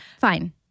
Fine